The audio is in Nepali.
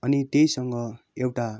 अनि त्यहीसँग एउटा